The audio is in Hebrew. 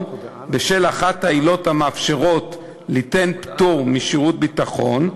בשל אחת העילות המאפשרות ליתן פטור משירות ביטחון,